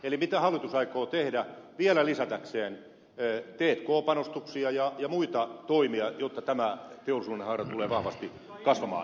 eli mitä hallitus aikoo tehdä vielä lisätäkseen t k panostuksia ja muita toimia jotta tämä teollisuudenhaara tulee vahvasti kasvamaan